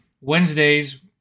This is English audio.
Wednesdays